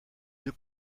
deux